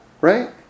Right